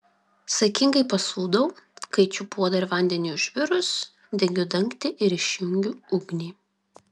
saikingai pasūdau kaičiu puodą ir vandeniui užvirus dengiu dangtį ir išjungiu ugnį